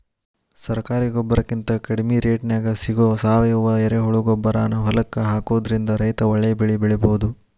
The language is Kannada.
ಸರಕಾರಿ ಗೊಬ್ಬರಕಿಂತ ಕಡಿಮಿ ರೇಟ್ನ್ಯಾಗ್ ಸಿಗೋ ಸಾವಯುವ ಎರೆಹುಳಗೊಬ್ಬರಾನ ಹೊಲಕ್ಕ ಹಾಕೋದ್ರಿಂದ ರೈತ ಒಳ್ಳೆ ಬೆಳಿ ಬೆಳಿಬೊದು